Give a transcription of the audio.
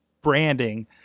branding